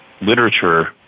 literature